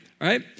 right